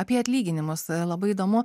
apie atlyginimus labai įdomu